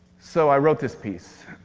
so i wrote this piece.